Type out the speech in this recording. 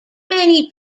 many